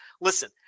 listen